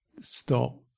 stop